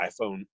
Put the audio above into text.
iPhone